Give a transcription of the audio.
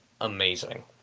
amazing